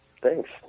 Thanks